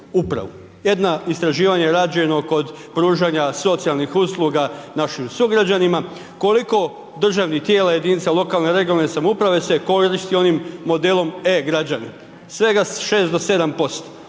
Jedno istraživanje rađeno kod pružanja socijalnih usluga našim sugrađanima, koliko državnih tijela jedinica lokalne (regionalne) samouprave se koristi onim modelom e-građani, svega 6 do 7% još